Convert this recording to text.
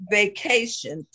vacation